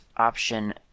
option